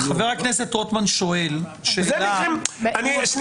חבר הכנסת רוטמן שואל על המקרים שנסגרו.